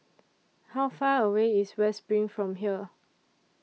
How Far away IS West SPRING from here